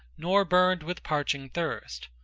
nor burned with parching thirst,